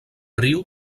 riu